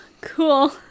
Cool